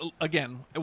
again